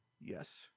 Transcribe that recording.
Yes